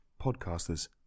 podcasters